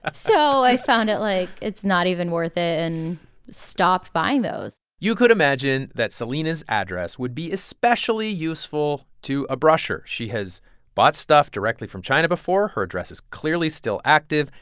so i found it like, it's not even worth it and stopped buying those you could imagine that celina's address would be especially useful to a brusher. she has bought stuff directly from china before. her address is clearly still active.